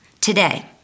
Today